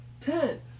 ten